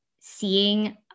seeing